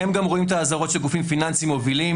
הם גם רואים את האזהרות של גופים פיננסיים מובילים